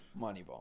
Moneyball